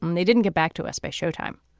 um they didn't get back to us by showtime.